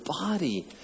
body